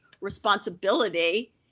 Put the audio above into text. responsibility